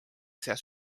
seas